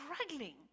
struggling